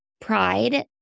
pride